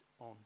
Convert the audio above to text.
on